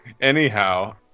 anyhow